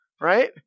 Right